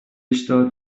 اشتهات